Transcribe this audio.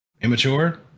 immature